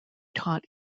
taught